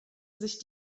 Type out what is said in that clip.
sich